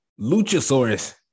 Luchasaurus